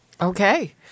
Okay